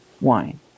wine